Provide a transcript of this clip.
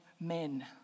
men